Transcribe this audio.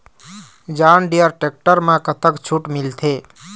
John Deere tractor म कतक छूट मिलथे?